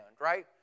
right